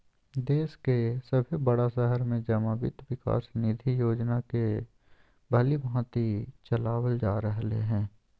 देश के सभे बड़ा शहर में जमा वित्त विकास निधि योजना के भलीभांति चलाबल जा रहले हें